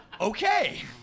Okay